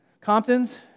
Comptons